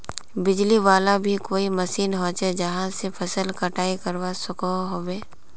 बिजली वाला भी कोई मशीन होचे जहा से फसल कटाई करवा सकोहो होबे?